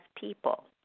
people